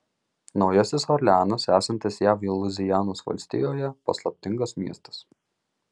naujasis orleanas esantis jav luizianos valstijoje paslaptingas miestas